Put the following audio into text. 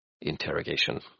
interrogation